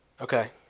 Okay